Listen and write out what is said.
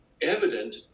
evident